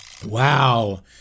Wow